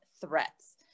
threats